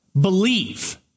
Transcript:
Believe